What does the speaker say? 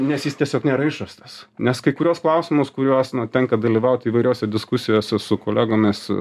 nes jis tiesiog nėra išrastas nes kai kuriuos klausimus kuriuos nu tenka dalyvauti įvairiose diskusijose su kolegomis